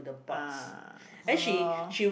ah [han nor]